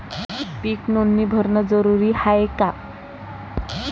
पीक नोंदनी भरनं जरूरी हाये का?